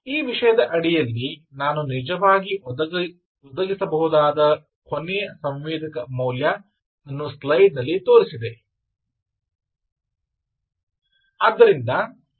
ಈ ವಿಷಯದ ಅಡಿಯಲ್ಲಿ ನಾನು ನಿಜವಾಗಿ ಒದಗಿಸಬಹುದಾದ ಕೊನೆಯ ಸಂವೇದಕ ಮೌಲ್ಯ ಸ್ಲೈಡಿನಲ್ಲಿ ತೋರಿಸಿದೆ